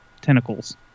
tentacles